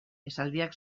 esaldiak